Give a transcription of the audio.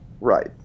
right